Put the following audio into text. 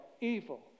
evil